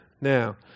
Now